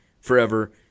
forever